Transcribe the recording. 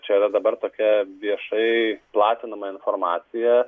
čia yra dabar kokia viešai platinama informacija